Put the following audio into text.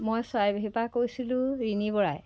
মই চৰাইবাহিৰ পা কৈছিলোঁ ঋণী বৰাই